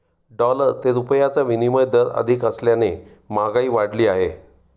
dollar ते रुपयाचा विनिमय दर अधिक असल्याने महागाई वाढली आहे